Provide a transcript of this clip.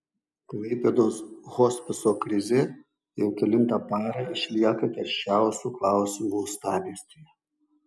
klaipėdos hospiso krizė jau kelintą parą išlieka karščiausiu klausimu uostamiestyje